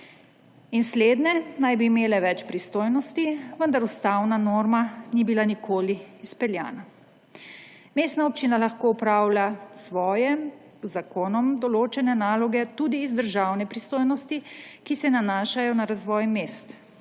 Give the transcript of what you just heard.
Slednje naj bi imele več pristojnosti, vendar ustavna norma ni bila nikoli izpeljana. Mestna občina lahko opravlja svoje z zakonom določene naloge tudi iz državne pristojnosti, ki se nanašajo na razvoj mest.